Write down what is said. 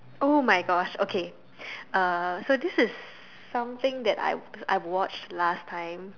!oh-my-gosh! okay uh so this is something that I I've watched last time